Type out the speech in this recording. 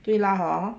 对啦 hor